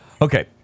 Okay